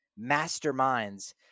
masterminds